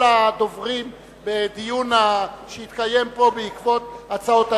הדוברים בדיון שהתקיים פה בעקבות הצעות האי-אמון.